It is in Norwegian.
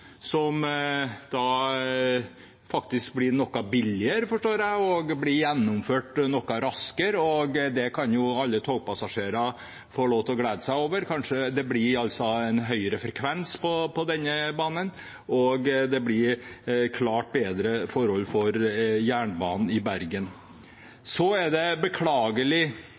faktisk blir noe billigere, forstår jeg, og blir gjennomført noe raskere. Det kan jo alle togpassasjerer få lov til å glede seg over. Kanskje det blir en høyere frekvens på denne banen, og det blir klart bedre forhold for jernbanen i Bergen. Så er det beklagelig,